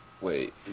Wait